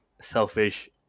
selfish